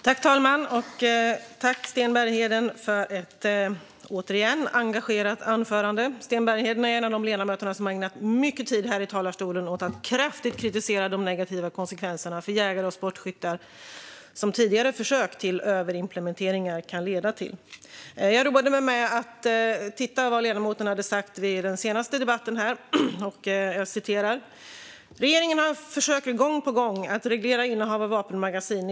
Herr talman! Tack, Sten Bergheden, för ett återigen engagerat anförande! Sten Bergheden är en av de ledamöter som har ägnat mycket tid här i talarstolen åt att kraftigt kritisera de negativa konsekvenser för jägare och sportskyttar som tidigare försök till överimplementeringar har kunnat leda till. Jag roade mig med att titta på vad ledamoten hade sagt i den senaste debatten här. Jag citerar: "Regeringen försöker gång på gång reglera innehav av vapenmagasin.